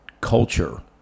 culture –